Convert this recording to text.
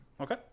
Okay